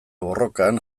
borrokan